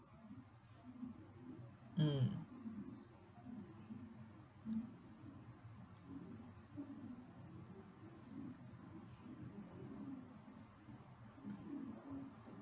mm